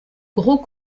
gros